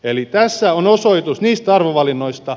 eli tässä on osoitus niistä arvovalinnoista